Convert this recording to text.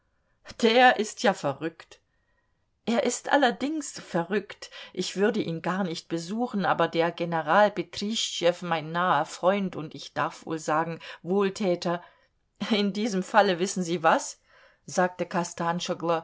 der ist ja verrückt er ist allerdings verrückt ich würde ihn gar nicht besuchen aber der general betrischtschew mein naher freund und ich darf wohl sagen wohltäter in diesem falle wissen sie was sagte